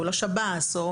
או לשירות בתי הסוהר.